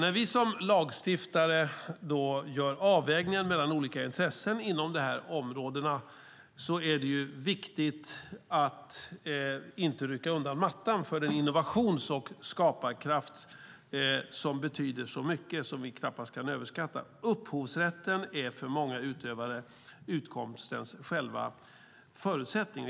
När vi som lagstiftare gör avvägningar mellan olika intressen inom de här områdena är det viktigt att inte rycka undan mattan för den innovations och skaparkraft som betyder så mycket och som vi knappast kan överskatta. Upphovsrätten är för många utövare utkomstens själva förutsättning.